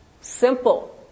Simple